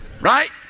Right